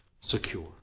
secure